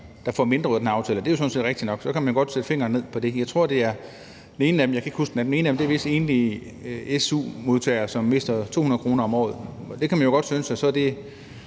der får mindre ud af den her aftale. Det er sådan set rigtigt nok. Så kan man godt sætte fingeren ned på det. Den ene af dem – jeg kan ikke huske den anden – er vist enlige su-modtagere, som mister 200 kr. om året. Man kan jo godt synes, at det